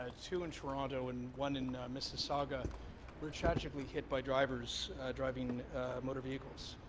ah two in toronto and one in mississaugua were tragically hit by drivers driving motor vehicles.